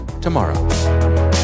tomorrow